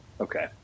Okay